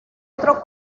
otro